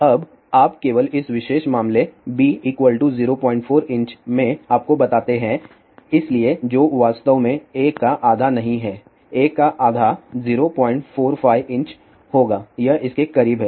अब आप केवल इस विशेष मामले b 04" में आपको बताते हैं इसलिए जो वास्तव में a का आधा नहीं है a का आधा 045" होगा यह इसके करीब है